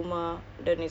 (uh huh)